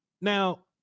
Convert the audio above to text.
now